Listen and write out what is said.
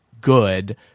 good